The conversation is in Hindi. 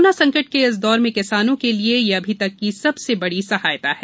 कोरोना संकट के इस दौर में किसानों के लिए यह अभी तक की सबसे बड़ी सहायता है